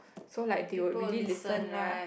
so like they will really listen lah